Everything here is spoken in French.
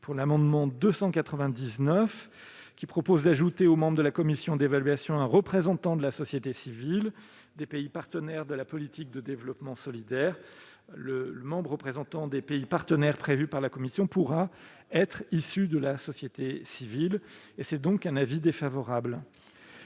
132. L'amendement n° 299 tend à ajouter aux membres de la commission d'évaluation un représentant de la société civile des pays partenaires de la politique de développement solidaire. Or le membre représentant les pays partenaires qui est prévu par la commission pourra être issu de la société civile. La commission émet donc un avis défavorable